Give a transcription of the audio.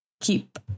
keep